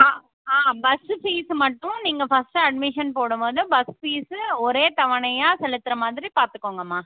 ஆ ஆ bus fees மட்டும் நீங்கள் ஃபர்ஸ்ட்டு அட்மிஷன் போடும்போது பஸ் ஃபீஸு ஒரே தவணையாக செலுத்துற மாதிரி பார்த்துக்கோங்கம்மா